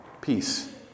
peace